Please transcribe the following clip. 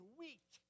weak